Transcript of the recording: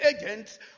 agents